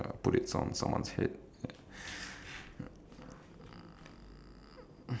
it is [what] nothing much ah it's usually mo~ mostly things that can be helpful